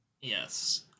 yes